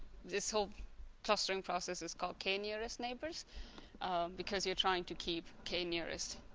this whole clustering process is called k nearest neighbors because you're trying to keep k nearest.